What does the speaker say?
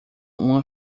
uma